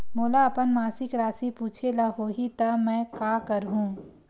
मोला अपन मासिक राशि पूछे ल होही त मैं का करहु?